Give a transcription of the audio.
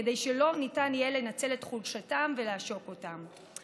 כדי שלא ניתן יהיה לנצל את חולשתם ולעשוק אותם.